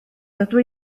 dydw